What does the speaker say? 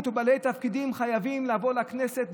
או בעלי תפקידים חייבים לבוא לכנסת,